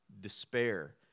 despair